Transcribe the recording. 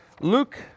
Luke